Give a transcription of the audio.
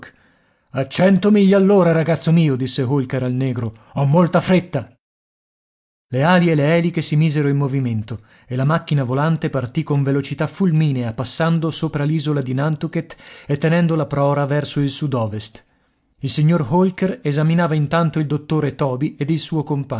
a cento miglia all'ora ragazzo mio disse holker al negro ho molta fretta le ali e le eliche si misero in movimento e la macchina volante partì con velocità fulminea passando sopra l'isola di nantucket e tenendo la prora verso il sud ovest il signor holker esaminava intanto il dottore toby ed il suo